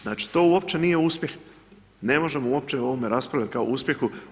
Znači, to uopće nije uspjeh, ne možemo uopće o ovome raspravljati kao uspjehu.